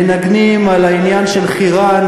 מנגנים על העניין של חירן,